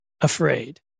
Afraid